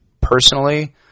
personally